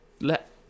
let